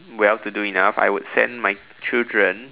well to do enough I would send my children